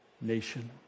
nation